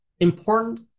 important